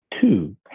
Two